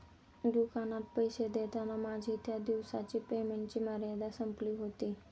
दुकानात पैसे देताना माझी त्या दिवसाची पेमेंटची मर्यादा संपली होती